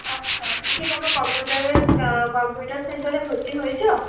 আচ্ছা তুমি কি কোনো কম্পিউটারের কম্পিউটার সেন্টারে ভর্তি হয়েছো